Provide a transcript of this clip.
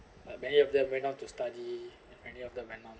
like many of them went on to study many of them went on